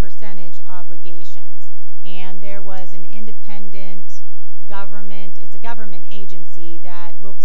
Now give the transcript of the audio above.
percentage obligations and there was an independent government it's a government agency that looks